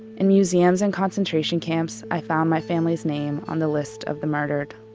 in museums and concentration camps, i found my family's name on the list of the murdered.